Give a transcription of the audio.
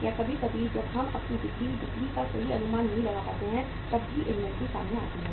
या कभी कभी जब हम अपनी बिक्री बिक्री का सही अनुमान नहीं लगा पाते हैं तब भी इन्वेंट्री सामने आती है